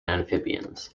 amphibians